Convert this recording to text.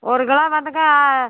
ஒரு கிலோ வந்துங்க